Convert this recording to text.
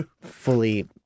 fully